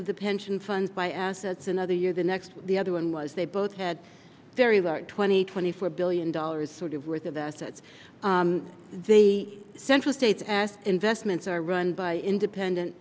of the pension funds by assets another year the next the other one was they both had very large twenty twenty four billion dollars sort of worth of assets the central states as investments are run by independent